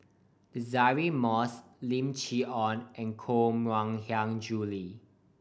Deirdre Moss Lim Chee Onn and Koh Mui Hiang Julie